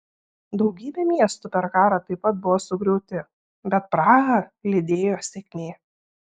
daugybė miestų per karą taip pat buvo sugriauti bet prahą lydėjo sėkmė